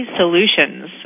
solutions